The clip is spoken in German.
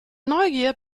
neugier